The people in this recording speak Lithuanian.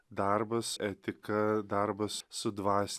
darbas etika darbas su dvas